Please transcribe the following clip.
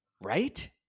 right